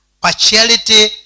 partiality